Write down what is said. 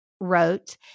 wrote